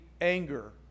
anger